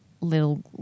little